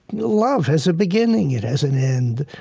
love has a beginning, it has an end.